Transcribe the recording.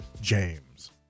James